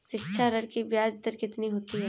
शिक्षा ऋण की ब्याज दर कितनी होती है?